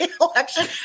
election